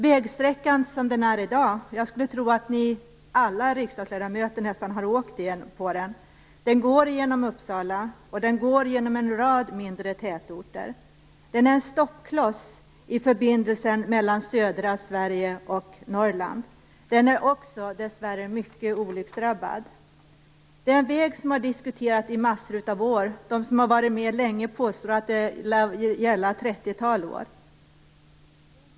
Vägsträckan som den ser ut i dag - jag skulle tro att nästan alla riksdagsledamöter har åkt på den - går genom Uppsala och en rad mindre tätorter. Den är en stoppkloss i förbindelsen mellan södra Sverige och Norrland. Den är också dessvärre mycket olycksdrabbad. Denna väg har diskuterats i massor av år. De som har varit med länge påstår att det lär gälla ett trettiotal år.